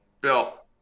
Bill